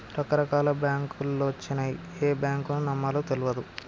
రకరకాల బాంకులొచ్చినయ్, ఏ బాంకును నమ్మాలో తెల్వదు